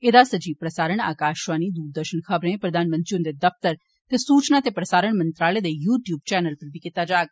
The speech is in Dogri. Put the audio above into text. एह्दा लाईव प्रसारण आकाशवाणी दूरदर्श खबरे प्रधानमंत्री हुंदे दफ्तर ते सूचना ते प्रसारण मंत्रालय दे यू टयूब चैनल पर बी कीता जाग